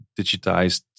digitized